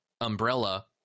umbrella